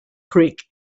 creek